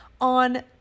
on